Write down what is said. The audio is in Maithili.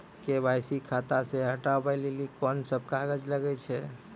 के.वाई.सी खाता से हटाबै लेली कोंन सब कागज लगे छै?